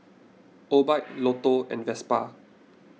Obike Lotto and Vespa